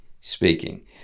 speaking